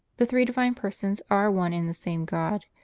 the three divine persons are one and the same god,